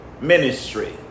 ministry